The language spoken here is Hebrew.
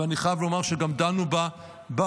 ואני חייב לומר שגם דנו בה בוועדות,